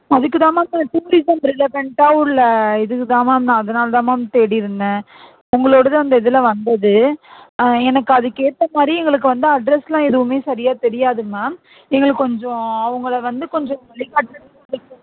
அதுக்கு தான் ma'am ma'am tourism ரிலவெண்ட்டா உள்ள இதுக்கு தான் மேம் நான் அதனால தான் மேம் தேடிருந்தேன் உங்களோடயது அந்த இதில் வந்தது எனக்கு அதுக்கேற்ற மாதிரி எங்களுக்கு வந்து அட்ரெஸ்லாம் எதுவுமே சரியா தெரியாது மேம் எங்களுக்கு கொஞ்சம் அவங்கள வந்து கொஞ்சம் வழிகாட்டுறதுக்கு கொஞ்சம்